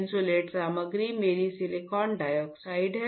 insulate सामग्री मेरी silicon dioxide है